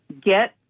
get